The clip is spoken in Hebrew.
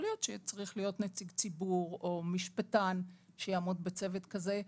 להיות שצריך להיות נציג ציבור או משפטן שיעמוד בצוות כזה.